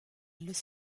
los